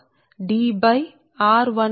4605 log Dr1 అవుతుంది సరే